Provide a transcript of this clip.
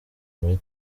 muri